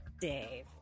Dave